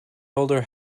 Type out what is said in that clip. older